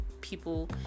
people